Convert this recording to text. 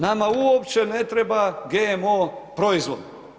Nama uopće ne treba GMO proizvod.